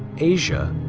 asia,